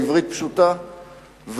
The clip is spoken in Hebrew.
בעברית פשוטה,